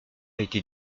été